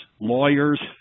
lawyers